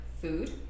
food